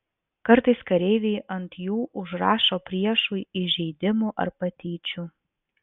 kartais kareiviai ant jų užrašo priešui įžeidimų ar patyčių